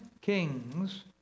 Kings